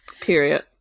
Period